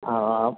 ആ ആ